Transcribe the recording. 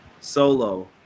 Solo